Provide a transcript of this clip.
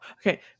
Okay